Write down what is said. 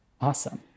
awesome